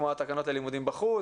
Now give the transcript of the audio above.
כמו התקנות של לימודים בחוץ,